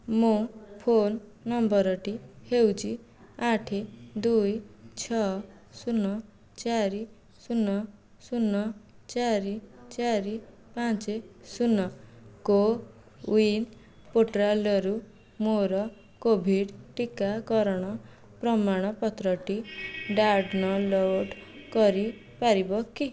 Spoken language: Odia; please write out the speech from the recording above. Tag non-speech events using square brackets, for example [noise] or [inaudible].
ମୁଁ ଫୋନ୍ ନମ୍ବରଟି ହେଉଛି ଆଠେ ଦୁଇ ଛଅ ଶୂନ ଚାରି ଶୂନ ଶୂନ ଚାରି ଚାରି ପାଞ୍ଚେ ଶୂନ କୋୱିନ୍ ପୋର୍ଟାଲ୍ରୁ ମୋର କୋଭିଡ଼୍ ଟିକାକରଣ ପ୍ରମାଣପତ୍ରଟି [unintelligible] କରିପାରିବ କି